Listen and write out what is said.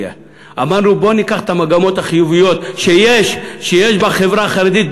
אמרנו: בואו ניקח את המגמות החיוביות שיש בחברה החרדית,